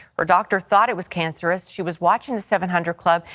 her doctors thought it was cancerous, she was watching seven hundred club,